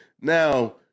Now